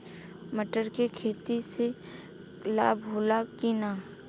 मटर के खेती से लाभ होला कि न?